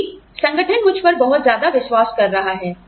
क्योंकि संगठन मुझ पर बहुत ज्यादा विश्वास कर रहा है